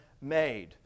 made